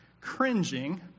cringing